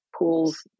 Pools